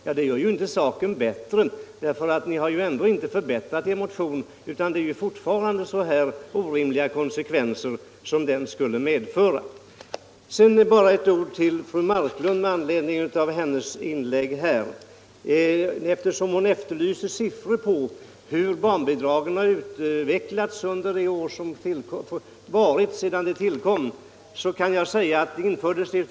Men det gör inte saken bättre, för ni har ju inte förbättrat förslaget. Ett genomförande av det skulle nu liksom tidigare leda till orimliga konsekvenser. Sedan bara ett par ord till fru Marklund, som efterlyste siffror på hur barnbidraget har utvecklats under de år som gått sedan det kom till år 1947.